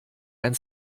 ein